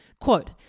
Quote